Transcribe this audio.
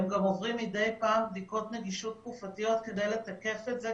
הם גם עוברים מדי פעם בדיקות נגישות תקופתיות כדי לתקף את זה,